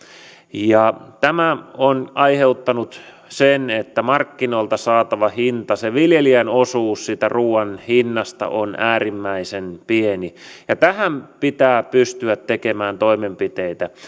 ja tämä on aiheuttanut sen että markkinoilta saatava hinta se viljelijän osuus siitä ruoan hinnasta on äärimmäisen pieni ja tähän pitää pystyä tekemään toimenpiteitä